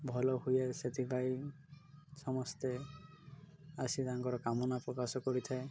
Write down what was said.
ଭଲ ହୁଏ ସେଥିପାଇଁ ସମସ୍ତେ ଆସି ତାଙ୍କର କାମନାପ୍ରକାଶ କରିଥାଏ